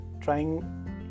trying